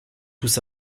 tous